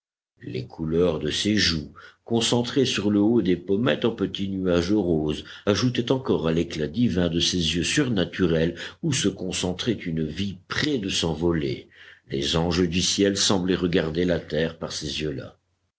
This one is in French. les couleurs de ses joues concentrées sur le haut des pommettes en petit nuage rose ajoutaient encore à l'éclat divin de ces yeux surnaturels où se concentrait une vie près de s'envoler les anges du ciel semblaient regarder la terre par ces yeux-là